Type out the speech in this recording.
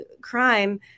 crime